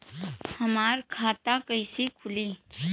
हमार खाता कईसे खुली?